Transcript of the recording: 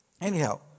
Anyhow